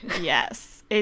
Yes